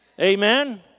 amen